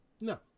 no